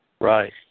Right